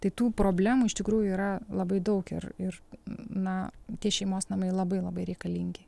tai tų problemų iš tikrųjų yra labai daug ir ir na tie šeimos namai labai labai reikalingi